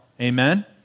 Amen